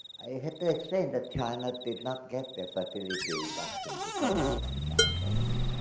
i had to explain that china did not get their fertility reduction, because of the one child policy.